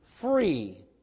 free